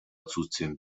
отсутствием